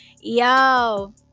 yo